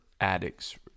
addicts